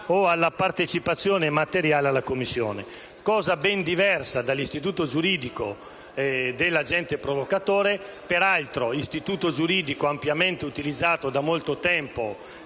o alla partecipazione materiale alla commissione, cosa ben diversa dall'istituto giuridico dell'agente provocatore, peraltro ampiamente utilizzato da molto tempo